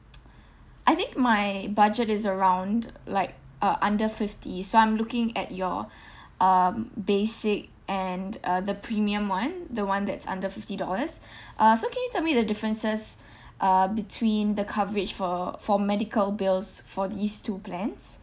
I think my budget is around like uh under fifty so I'm looking at your um basic and uh the premium one the one that's under fifty dollars uh so can you tell me the differences uh between the coverage for for medical bills for these two plans